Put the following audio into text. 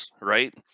Right